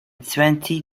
twenty